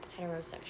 heterosexual